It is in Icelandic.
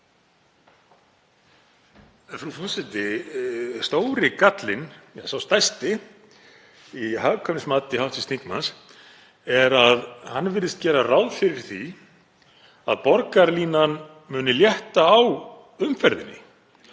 Forseti. Stóri gallinn, sá stærsti í hagkvæmnismati hv. þingmanns, er að hann virðist gera ráð fyrir því að borgarlínan muni létta á umferðinni